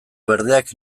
berdeak